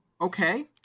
Okay